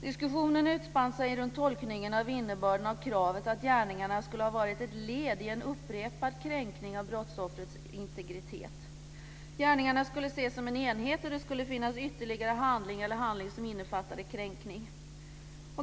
Diskussionen utspann sig runt tolkningen av innebörden av kravet att gärningarna skulle ha varit ett led i en upprepad kränkning av brottsoffrets integritet. Gärningarna skulle ses som en enhet, och det skulle finnas ytterligare handlingar eller handling som innefattade kränkning.